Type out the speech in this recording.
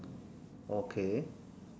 okay